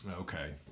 okay